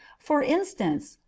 for instance,